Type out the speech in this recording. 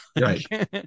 Right